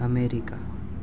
America